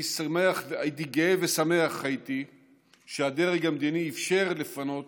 גאה ושמח הייתי שהדרג המדיני אפשר לפנות